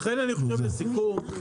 לכן אני חושב לסיכום,